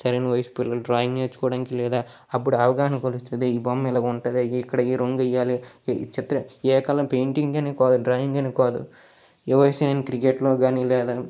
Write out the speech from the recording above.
సరైన వయసు పిల్లలు డ్రాయింగ్ నేర్చుకోవడానికి లేదా అప్పుడు అవగాహన కలుగుతుంది ఈ బొమ్మ ఇలాగా ఉంటుంది ఇక్కడ ఈ రంగు వేయాలి ఈ చిత్రం ఏ కలర్ పెయింటింగ్ అని డ్రాయింగ్ అని కాదు ఈ వయసున క్రికెట్లో కానీ లేదా